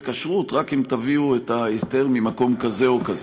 כשרות רק אם תביאו את ההיתר ממקום כזה או כזה,